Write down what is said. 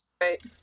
Right